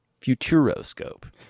futuroscope